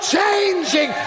changing